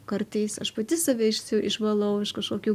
kartais aš pati save išsi išvalau iš kažkokių